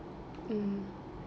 mm